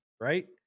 right